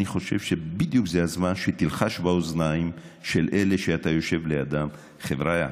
אני חושב שזה בדיוק הזמן שתלחש באוזניים של אלה שאתה יושב לידם: חבריא,